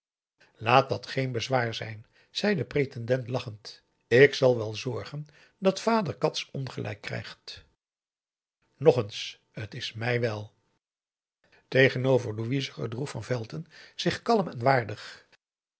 laat dat geen bezwaar zijn zei de pretendent lachend ik zal wel zorgen dat vader cats ongelijk krijgt nog eens t is mij wèl tegenover louise gedroeg van velton zich kalm en waardig